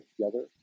together